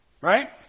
right